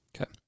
Okay